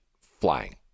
flying